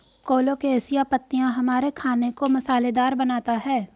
colocasia पत्तियां हमारे खाने को मसालेदार बनाता है